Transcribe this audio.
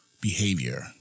behavior